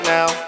Now